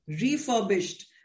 refurbished